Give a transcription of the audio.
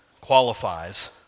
qualifies